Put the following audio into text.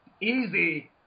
easy